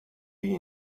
you